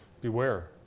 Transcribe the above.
Beware